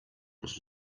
was